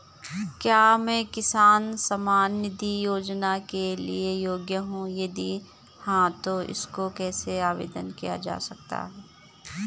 क्या मैं किसान सम्मान निधि योजना के लिए योग्य हूँ यदि हाँ तो इसको कैसे आवेदन किया जा सकता है?